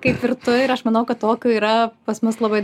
kaip ir tu ir aš manau kad tokių yra pas mus labai